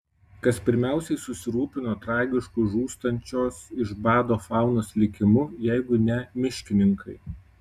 kas pirmiausiai susirūpino tragišku žūstančios iš bado faunos likimu jeigu ne miškininkai